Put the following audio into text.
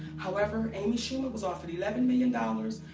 however, amy schumer was offered eleven million dollars,